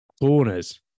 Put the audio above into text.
corners